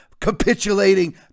capitulating